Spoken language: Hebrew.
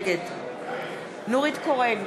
נגד נורית קורן,